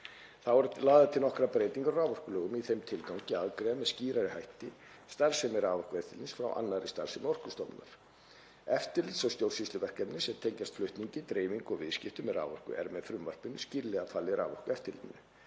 Þá eru lagðar til nokkrar breytingar á raforkulögum í þeim tilgangi að aðgreina með skýrari hættir starfsemi Raforkueftirlitsins frá annarri starfsemi Orkustofnunar. Eftirlits- og stjórnsýsluverkefni sem tengjast flutningi, dreifingu og viðskiptum með raforku eru með frumvarpinu skýrlega falin Raforkueftirlitinu.